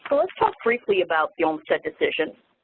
ah let's talk briefly about the olmstead decision.